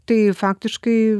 tai faktiškai